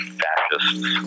fascists